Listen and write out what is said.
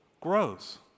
grows